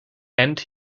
and